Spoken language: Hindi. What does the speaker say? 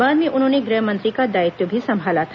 बाद में उन्होंने गृह मंत्री का दायित्व भी संभाला था